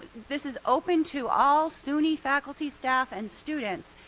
this is open to all suny faculty, staff, and students,